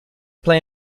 play